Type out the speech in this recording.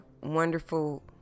wonderful